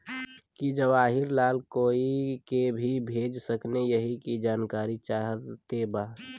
की जवाहिर लाल कोई के भेज सकने यही की जानकारी चाहते बा?